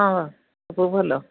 ହଁ ସବୁ ଭଲ